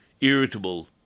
irritable